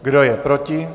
Kdo je proti?